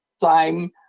time